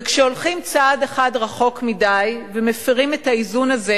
וכשהולכים צעד אחד רחוק מדי ומפירים את האיזון הזה,